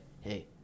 hey